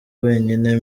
wenyine